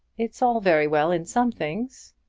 it's all very well in some things.